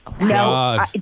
no